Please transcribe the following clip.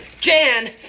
Jan